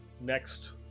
next